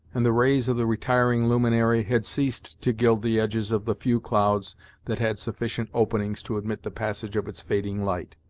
and the rays of the retiring luminary had ceased to gild the edges of the few clouds that had sufficient openings to admit the passage of its fading light.